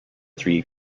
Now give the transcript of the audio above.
three